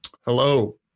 hello